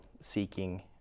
seeking